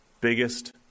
Biggest